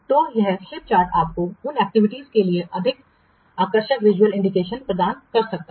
तो यह slip chart आपको उन एक्टिविटीज के लिए अधिक आकर्षक विजुअल इंडिकेशन प्रदान कर सकता है